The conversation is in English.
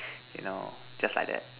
you know just like that